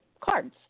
cards